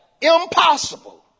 impossible